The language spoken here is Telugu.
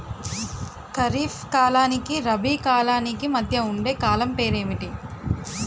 ఖరిఫ్ కాలానికి రబీ కాలానికి మధ్య ఉండే కాలం పేరు ఏమిటి?